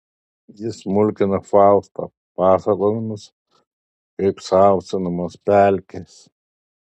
jis mulkina faustą pasakodamas kaip sausinamos pelkės